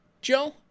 Joe